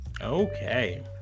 Okay